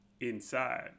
inside